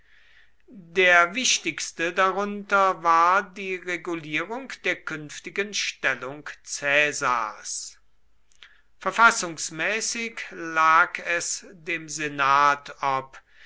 der wichtigste darunter war die regulierung der künftigen stellung caesars verfassungsmäßig lag es dem senat ob